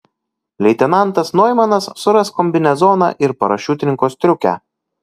leitenantas noimanas suras kombinezoną ir parašiutininko striukę